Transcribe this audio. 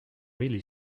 really